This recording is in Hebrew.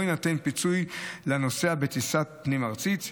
יינתן פיצוי לנוסע בטיסת פנים ארצית,